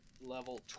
level